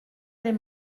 aller